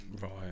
right